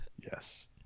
yes